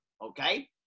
okay